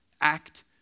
Act